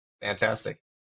fantastic